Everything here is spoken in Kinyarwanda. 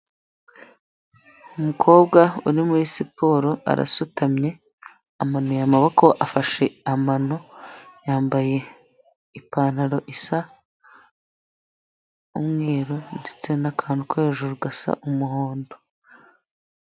Umukobwa uri muri siporo arasutamye amanuye amaboko afashe amano, yambaye ipantaro isa umweru ndetse n'akantu ko hejuru gasa umuhondo.